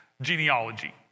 genealogy